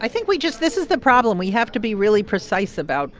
i think we just this is the problem. we have to be really precise about